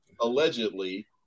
allegedly